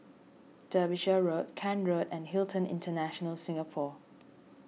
Derbyshire Road Kent Road and Hilton International Singapore